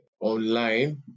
online